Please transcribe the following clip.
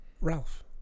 ralph